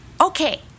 Okay